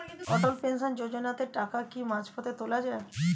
অটল pension যোজনাতে টাকা কি মাঝপথে তোলা যায়?